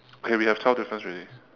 okay we have twelve difference already